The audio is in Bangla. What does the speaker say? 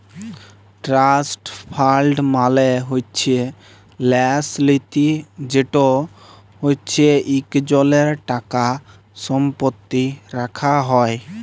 ট্রাস্ট ফাল্ড মালে হছে ল্যাস লিতি যেট হছে ইকজলের টাকা সম্পত্তি রাখা হ্যয়